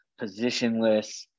positionless